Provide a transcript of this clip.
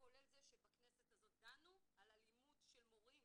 כולל זה שבכנסת הזאת דנו באלימות של מורים